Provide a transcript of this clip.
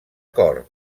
cor